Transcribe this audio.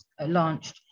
launched